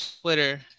Twitter